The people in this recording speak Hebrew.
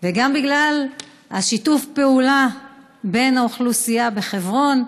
גם בגלל שיתוף הפעולה של האוכלוסייה בחברון,